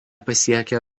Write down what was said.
pasiekė